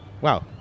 Wow